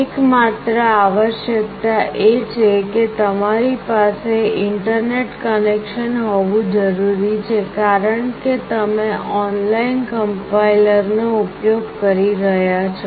એકમાત્ર આવશ્યકતા એ છે કે તમારી પાસે ઇન્ટરનેટ કનેક્શન હોવું જરૂરી છે કારણ કે તમે ઓનલાઇન કમ્પાઇલરનો ઉપયોગ કરી રહ્યાં છો